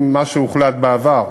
אם מה שהוחלט בעבר